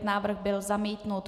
Návrh byl zamítnut.